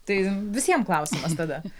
tai visiem klausimas tada